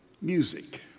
music